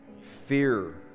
fear